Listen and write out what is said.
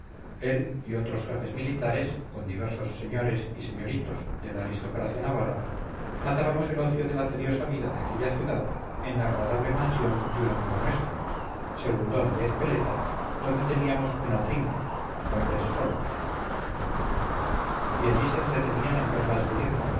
él y otros jefes militares con diversos señores y señoritos de la aristocracia navarra matábamos el ocio de la tediosa vida de aquella ciudad en la agradable mansión de un amigo nuestro segundón de ezpeleta donde teníamos una trinca hombres solos y allí se entretenían en verlas venir